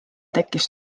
tekkis